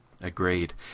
Agreed